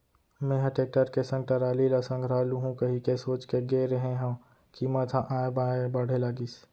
मेंहा टेक्टर के संग टराली ल संघरा लुहूं कहिके सोच के गे रेहे हंव कीमत ह ऑय बॉय बाढ़े लगिस